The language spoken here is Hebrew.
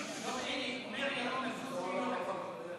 הינה, אומר ירון מזוז שהיא לא תקציבית.